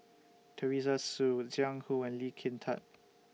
Teresa Hsu Jiang Hu and Lee Kin Tat